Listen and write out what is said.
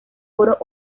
oro